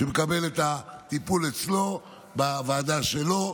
שמקבל את הטיפול אצלו, בוועדה שלו.